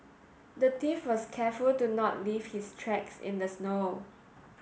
the thief was careful to not leave his tracks in the snow